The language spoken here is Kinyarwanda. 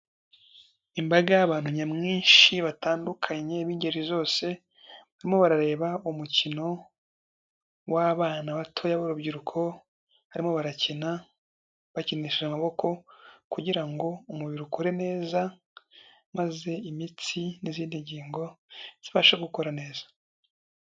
Imbaga y'abantu nyamwinshi batandukanye b'ingeri zose, barimo barareba umukino w'abana batoya b'urubyiruko, barimo barakina bakinisha amaboko kugira ngo umubiri ukore neza, maze imitsi n'izindi ngingo zibashe gukora neza.